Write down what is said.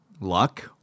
luck